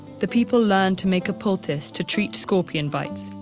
the people learned to make a poultice to treat scorpion bites,